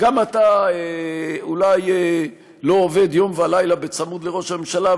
אתה אולי לא עובד יום ולילה בצמוד לראש הממשלה,